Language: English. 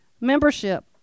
Membership